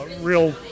real